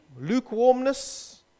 lukewarmness